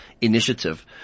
initiative